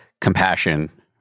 compassion